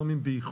גם אם באיחור.